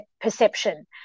perception